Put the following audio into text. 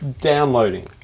downloading